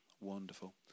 Wonderful